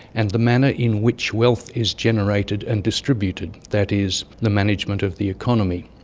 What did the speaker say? and the manner in which wealth is generated and distributed that is, the management of the economy.